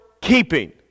keeping